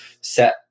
set